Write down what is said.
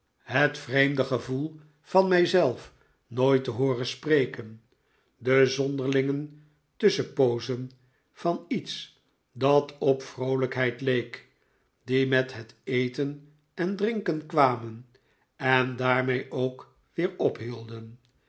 het vreemde gevoel van mij zelf nooit te hooren spreken de zonderlinge tusschenpoozen van iets dat op vroolijkheid leek die met het eten en drinken kwamen en daarmee ook weer ophielden